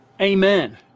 Amen